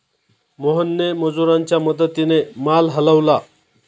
मोहनने मजुरांच्या मदतीने माल हलवला